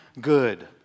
good